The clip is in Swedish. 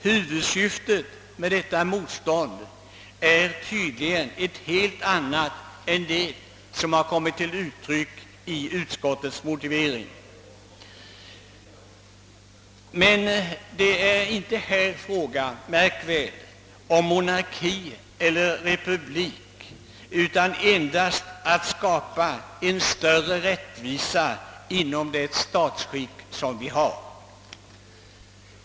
Huvudsyftet med detta motstånd är tydligen ett helt annat än det som har angivits i utskot-- tets motivering. Men det är inte här, märk väl, fråga om monarki eller re-- publik utan endast om att skapa en stör-- re rättvisa inom det statsskick son vi har.